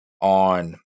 on